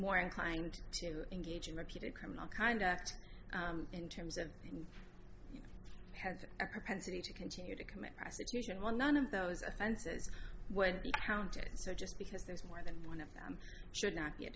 more inclined to engage in repeated criminal conduct in terms of you have a propensity to continue to commit prosecution when none of those offenses what counted so just because there's more than one of them should not be a